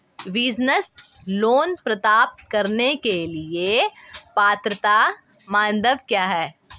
Business loan प्राप्त करने के लिए पात्रता मानदंड क्या हैं?